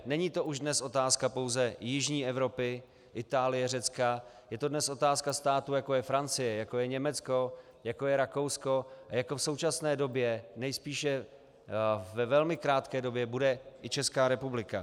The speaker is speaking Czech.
Není to už dnes otázka pouze jižní Evropy, Itálie, Řecka, je to dnes otázka států, jako je Francie, Německo, jako je Rakousko, jako v současné době, ve velmi krátké době, bude i Česká republika.